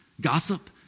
Gossip